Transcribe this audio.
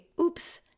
oops